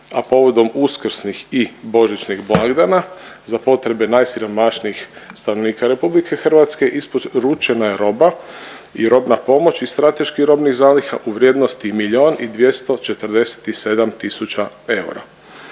a povodom uskrsnih i božićnih blagdana za potrebe najsiromašnijih stanovnika RH isporučena je roba i robna pomoć iz strateških robnih zaliha u vrijednosti miljon i